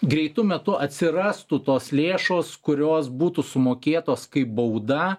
greitu metu atsirastų tos lėšos kurios būtų sumokėtos kaip bauda